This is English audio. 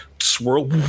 swirl